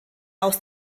aus